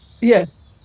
Yes